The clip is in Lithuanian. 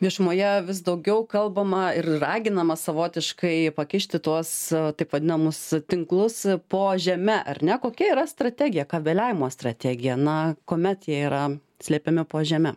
viešumoje vis daugiau kalbama ir raginama savotiškai pakišti tuos taip vadinamus tinklus po žeme ar ne kokia yra strategija kabeliavimo strategija na kuomet jie yra slepiami po žeme